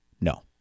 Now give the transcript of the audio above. No